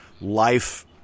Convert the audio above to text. life